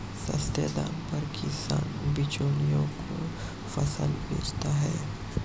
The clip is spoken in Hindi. सस्ते दाम पर किसान बिचौलियों को फसल बेचता है